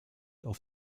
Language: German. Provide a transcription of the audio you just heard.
auf